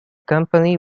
company